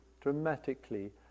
dramatically